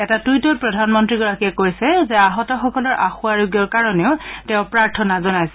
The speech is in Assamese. এটা টুইটত প্ৰধানমন্ত্ৰীয়ে কৈছে যে আহতসকলৰ আশুআৰোগ্যৰ কাৰণে তেওঁ প্ৰাৰ্থনা জনাইছে